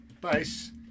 Base